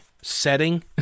setting